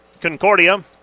Concordia